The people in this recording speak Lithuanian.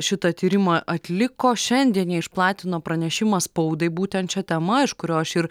šitą tyrimą atliko šiandien jie išplatino pranešimą spaudai būtent šia tema iš kurio aš ir